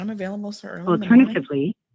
Alternatively